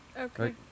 Okay